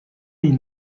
les